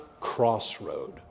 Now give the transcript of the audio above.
crossroad